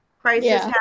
crisis